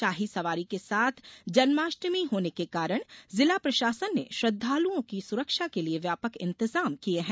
शाही सवारी के साथ जन्माष्टमी होने के कारण जिला प्रशासन ने श्रद्धालुओं की सुरक्षा के लिये व्यापक इंतजाम किये हैं